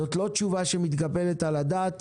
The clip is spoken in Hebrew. זאת לא תשובה שמתקבלת על הדעת.